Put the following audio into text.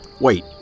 Wait